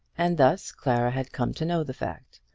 and thus clara had come to know the fact.